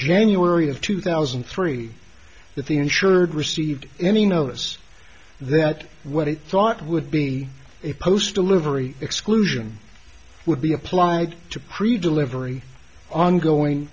january of two thousand and three that the insured received any notice that what he thought would be a post delivery exclusion would be applied to crew delivery ongoing